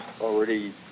already